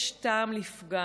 יש בזה טעם לפגם.